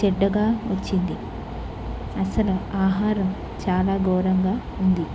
చెడ్డగా వచ్చింది అసలు ఆహారం చాలాఘోరంగా ఉంది